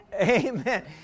Amen